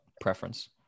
preference